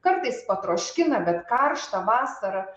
kartais patroškina bet karšta vasara